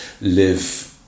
live